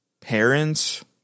parents